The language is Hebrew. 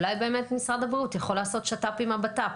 אולי באמת משרד הבריאות יכול לעשות שת"פ עם הבט"פ.